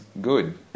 good